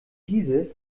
diese